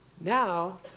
now